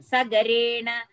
Sagarena